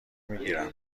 میگیرم